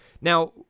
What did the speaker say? Now